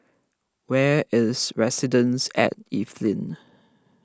where is Residences at Evelyn